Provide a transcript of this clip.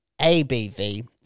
ABV